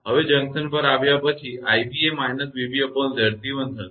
હવે જંકશન પર આવ્યા પછી 𝑖𝑏 એ −𝑣𝑏𝑍𝑐1 થશે